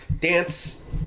dance